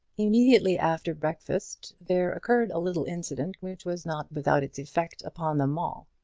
immediately after breakfast there occurred a little incident which was not without its effect upon them all.